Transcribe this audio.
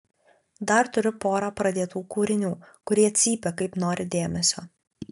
dar turiu porą pradėtų kūrinių kurie cypia kaip nori dėmesio